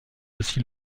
aussi